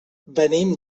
venim